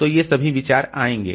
तो ये सभी विचार आएंगे